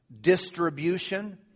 distribution